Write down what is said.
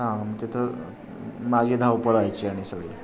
हां तिथं माझी धावपळ व्हायची आणि सगळी